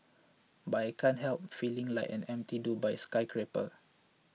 but I can't help feeling like an empty Dubai skyscraper